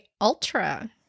Ultra